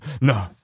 No